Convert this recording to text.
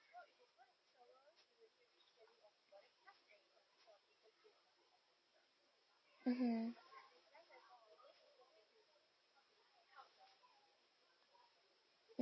mmhmm